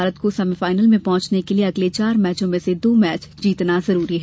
भारत को सेमीफाइनल में पहुंचने के लिए अगले चार मैचों में से दो मैच जीतना जरूरी है